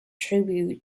tribute